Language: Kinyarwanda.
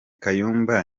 kayumba